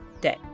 day